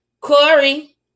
Corey